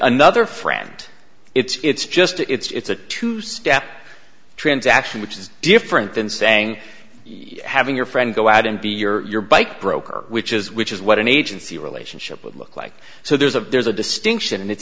another friend it's just it's a two step transaction which is different than saying having your friend go out and be your bike broker which is which is what an agency relationship would look like so there's a there's a distinction and it's